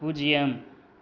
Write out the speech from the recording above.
பூஜ்ஜியம்